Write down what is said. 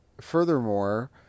furthermore